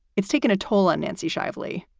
it's taking a toll on nancy shively,